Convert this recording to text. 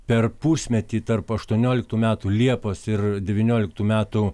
per pusmetį tarp aštuonioliktų metų liepos ir devynioliktų metų